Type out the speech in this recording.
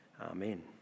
Amen